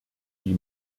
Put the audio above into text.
die